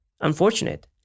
unfortunate